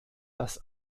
das